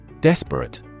Desperate